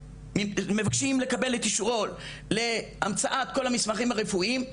מבקשים לקבל את אישורו להמצאת כל המסמכים הרפואיים,